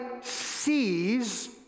sees